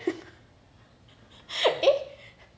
eh